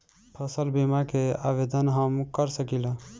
फसल बीमा के आवेदन हम कर सकिला?